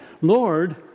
Lord